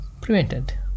prevented